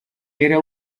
era